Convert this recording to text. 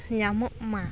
ᱧᱟᱢᱚᱜ ᱢᱟ